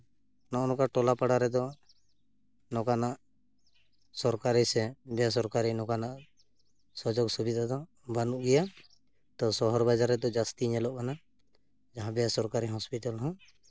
ᱱᱚᱜᱼᱚᱭ ᱱᱚᱝᱠᱟ ᱴᱚᱞᱟ ᱯᱟᱲᱟ ᱨᱮᱫᱚ ᱱᱚᱝᱠᱟᱱᱟᱜ ᱥᱚᱨᱠᱟᱨᱤ ᱥᱮ ᱵᱮᱥᱚᱨᱠᱟᱨᱤ ᱱᱚᱝᱠᱟᱱᱟᱜ ᱥᱩᱡᱳᱜᱽ ᱥᱩᱵᱤᱫᱷᱟ ᱫᱚ ᱵᱟᱹᱱᱩᱜ ᱜᱮᱭᱟ ᱛᱚ ᱥᱚᱦᱚᱨ ᱵᱟᱡᱟᱨ ᱨᱮᱫᱚ ᱡᱟᱹᱥᱛᱤ ᱧᱮᱞᱚᱜ ᱠᱟᱱᱟ ᱡᱟᱦᱟᱸ ᱵᱮᱥᱚᱨᱠᱟᱨᱤ ᱦᱚᱥᱯᱤᱴᱟᱞ ᱦᱚᱸ